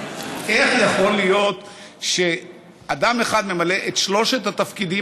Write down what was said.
איך יכול להיות שאדם אחד ממלא את שלושת התפקידים